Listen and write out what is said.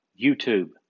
YouTube